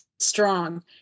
strong